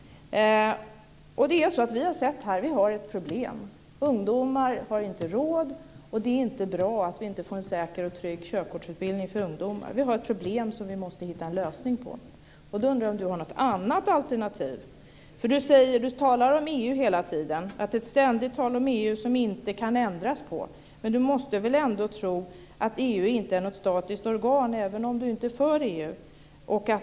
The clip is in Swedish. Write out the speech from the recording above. Vi har sett att det finns ett problem här. Ungdomar har inte råd med detta, och det är inte bra att vi inte får en säker och trygg körkortsutbildning för ungdomar. Vi har alltså ett problem som vi måste hitta en lösning på. Jag undrar om Per Rosengren har något annat alternativ. Han talar om EU hela tiden. Det är ett ständigt tal om EU, som inte kan ändras på. Men han måste väl ändå tro att EU inte är något statiskt organ, även om han inte är för EU.